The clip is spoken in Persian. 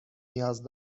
نیاز